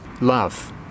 Love